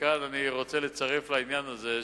וכאן אני רוצה לצרף לעניין הזה,